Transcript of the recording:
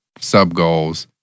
sub-goals